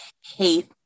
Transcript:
hate